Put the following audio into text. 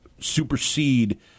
supersede